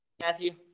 Matthew